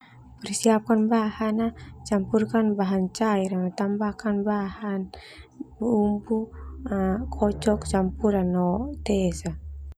Persiapkan bahan, campurkan bahan cair no tambahkan bahan, bumbu, kocok campuran no tes sa.